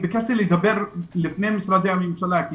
ביקשתי לדבר לפני משרדי הממשלה כי